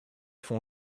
font